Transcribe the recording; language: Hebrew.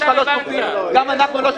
אנחנו לא שקופים.